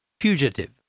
Fugitive